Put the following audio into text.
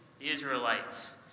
Israelites